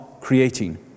creating